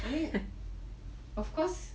I mean of course